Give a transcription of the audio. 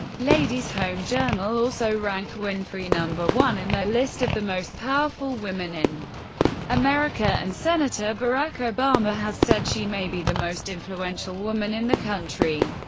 ladies home journal also ranked winfrey number one in their list of the most powerful women in america and senator barack obama has said she may be the most influential woman in the country.